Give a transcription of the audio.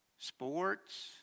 sports